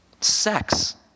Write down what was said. Sex